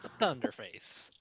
Thunderface